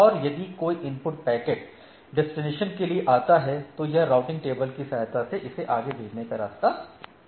और यदि कोई इनपुट पैकेट डेस्टिनेशन के लिए आता है तो यह राउटिंग टेबल की सहायता से इसे आगे भेजने का रास्ता तय करता है